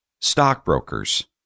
stockbrokers